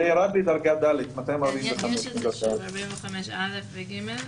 לדרגה ד' 245 שקלים.